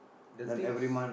the things